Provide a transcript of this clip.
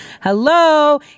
Hello